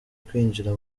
kwinjira